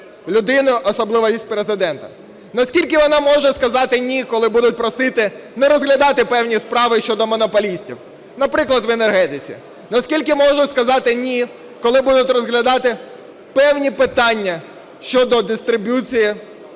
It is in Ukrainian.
людиною, особливо від Президента; наскільки вона може сказати "ні", коли будуть просити не розглядати певні справи щодо монополістів, наприклад в енергетиці; наскільки може сказати "ні", коли будуть розглядати певні питання щодо дистрибуції деяких